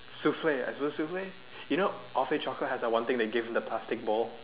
souffle was it souffle you know awfully chocolate has that one thing they give in a plastic bowl